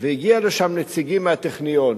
והגיעו לשם נציגים מהטכניון.